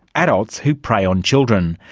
adults who prey on children,